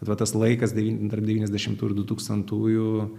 va tas laikas devyni tarp devyniasdešimtų ir du tūkstantųjų